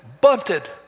bunted